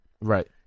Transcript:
Right